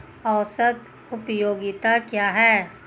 औसत उपयोगिता क्या है?